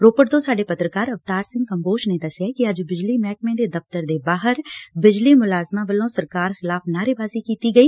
ਰੋਪੜ ਤੋ ਸਾਡੇ ਪੱਤਰਕਾਰ ਅਵਤਾਰ ਸਿਘ ਕੰਬੋਜ ਨੇ ਦਸਿਐ ਕਿ ਅਜ ਬਿਜਲੀ ਮਹਿਕਮੇ ਦੇ ਦਫ਼ਤਰ ਦੇ ਬਾਹਰ ਬਿਜਲੀ ਮੁਲਾਜ਼ਮਾਂ ਵੱਲੋਂ ਸਰਕਾਰ ਖਿਲਾਫ਼ ਨਾਰੇਬਾਜ਼ੀ ਕੀਤੀ ਗਈ